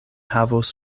havos